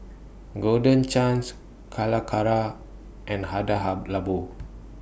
Golden Chance Calacara and Hada Labo